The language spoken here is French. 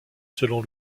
selon